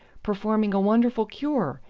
performing a wonderful cure.